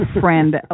friend